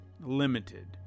limited